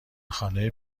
خانه